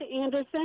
Anderson